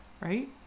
Right